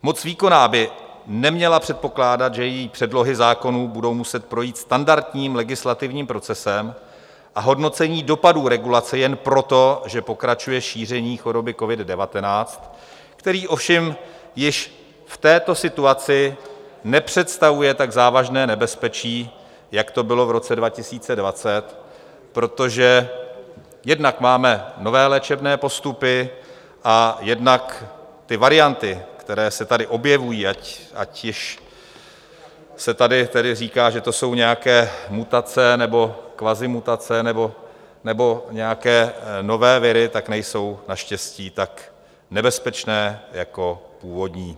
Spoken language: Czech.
Moc výkonná by neměla předpokládat, že její předlohy zákonů budou muset projít standardním legislativním procesem a hodnocením dopadů regulace jen proto, že pokračuje šíření choroby covid19, který ovšem již v této situaci nepředstavuje tak závažné nebezpečí, jak to bylo v roce 2020, protože jednak máme nové léčebné postupy a jednak ty varianty, které se tady objevují, ať již se tady říká, že to jsou nějaké mutace nebo kvazi mutace nebo nějaké nové viry, tak nejsou naštěstí tak nebezpečné, jako původní.